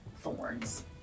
thorns